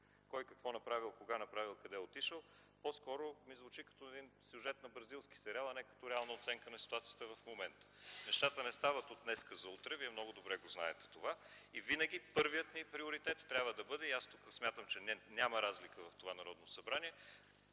кой какво направил, кога направил, къде отишъл, по-скоро ми звучи като сюжет на бразилски сериал, а не като реална оценка на ситуацията в момента. Нещата не стават от днес за утре, Вие много добре знаете това. Винаги първият ни приоритет трябва да бъде – и аз тук смятам, че няма разлика в това Народно събрание,